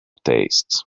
tastes